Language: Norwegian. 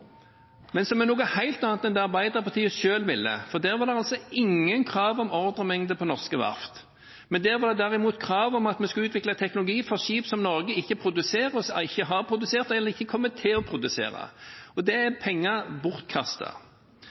men som er noe helt annet enn det som Arbeiderpartiet selv ville, for der var det ingen krav om ordremengde på norske verft. Der var det derimot krav om at vi skulle utvikle teknologi for skip som Norge ikke produserer, ikke har produsert og heller ikke kommer til å produsere, og det er